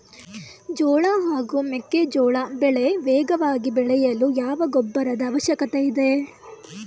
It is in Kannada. ಜೋಳ ಹಾಗೂ ಮೆಕ್ಕೆಜೋಳ ಬೆಳೆ ವೇಗವಾಗಿ ಬೆಳೆಯಲು ಯಾವ ಗೊಬ್ಬರದ ಅವಶ್ಯಕತೆ ಇದೆ?